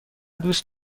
دوست